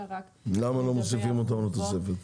למה לא מוסיפים לתוספת?